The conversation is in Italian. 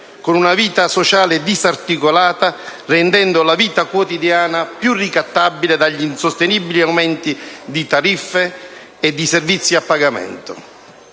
con una vita sociale disarticolata, rendendo la vita quotidiana più ricattabile dagli insostenibili aumenti di tariffe e di servizi a pagamento.